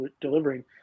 delivering